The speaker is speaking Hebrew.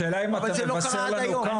אבל השאלה אם אתה מבשר לנו כאן.